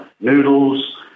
noodles